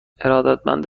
ارادتمند